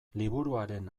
liburuaren